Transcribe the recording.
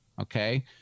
Okay